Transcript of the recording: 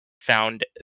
found